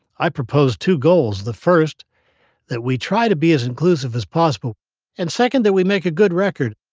i proposed two goals. the first that we try to be as inclusive as possible and second, that we make a good record